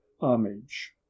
homage